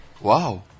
Wow